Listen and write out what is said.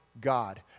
God